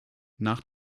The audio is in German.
nach